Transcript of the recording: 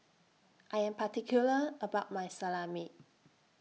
I Am particular about My Salami